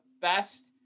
best